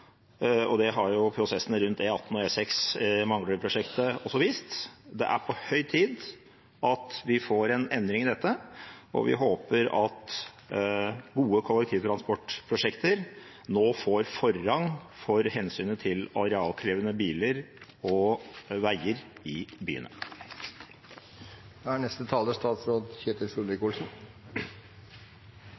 og det har jo prosessene rundt E18 og E6 Manglerudprosjektet også vist. Det er på høy tid at vi får en endring av dette, og vi håper at gode kollektivtransportprosjekter nå får forrang foran hensynet til arealkrevende biler og veier i byene. Det er